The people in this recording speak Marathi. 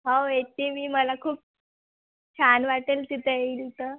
हो येते मी मला खूप छान वाटेल तिथं येईल तर